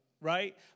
right